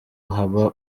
haba